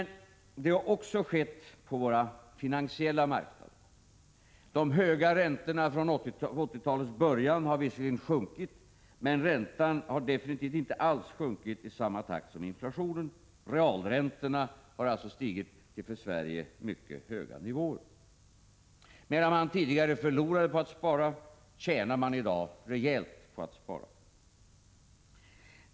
Det har också skett på våra finansiella 23 oktober 1986 marknader. De höga räntorna från 1980-talets början har visserligen sjunkit, mom omer rr. men räntan har definitivt inte alls sjunkit i samma takt som inflationen. Realräntorna har alltså stigit till för Sverige mycket höga nivåer. Medan man tidigare har förlorat på att spara, tjänar man i dag rejält på att spara.